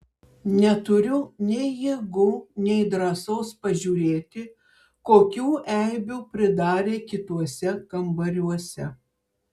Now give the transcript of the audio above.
neturiu nei jėgų nei drąsos pažiūrėti kokių eibių pridarė kituose kambariuose